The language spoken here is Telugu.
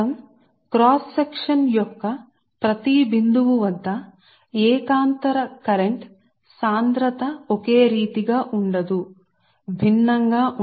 అంటే ఆ క్రాస్ సెక్షన్ యొక్క ప్రతి దశలోపాయింట్ లో కరెంటు డెన్సిటీ ఏకరీతిగా ఉండదు మీ ఈ విషయం లో